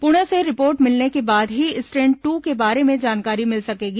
पुणे से रिपोर्ट मिलने के बाद ही स्ट्रेन ट्र के बारे में जानकारी मिल सकेगी